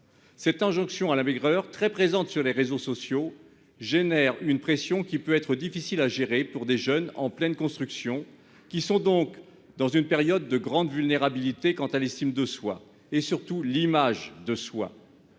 Cette injonction à la maigreur, très présente sur les réseaux sociaux, engendre une pression qui peut être difficile à gérer pour des jeunes en pleine construction, dans une période de grande vulnérabilité quant à l'estime de soi et surtout quant à